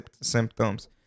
symptoms